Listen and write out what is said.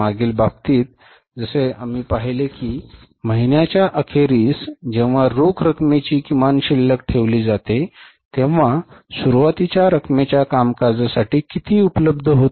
मागील बाबतीत जसे आम्ही पाहिले आहे की महिन्याच्या अखेरीस जेव्हा रोख रकमेची किमान शिल्लक ठेवली जाते तेव्हा सुरुवातीच्या रकमेच्या कामकाजासाठी किती पैसे उपलब्ध होते